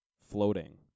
floating